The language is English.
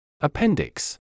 Appendix